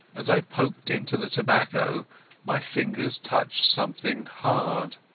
as i poked into the tobacco my fingers touched something hard,